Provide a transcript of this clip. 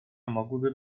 mogłyby